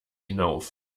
hinauf